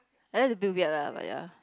and then the Bill Gates lah but ya